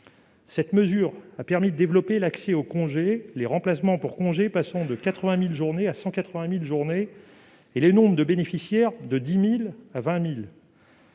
Cette mesure a permis de développer l'accès aux congés, les remplacements pour congés passant de 80 000 à 180 000 journées, et le nombre de bénéficiaires de 10 000 à 20 000.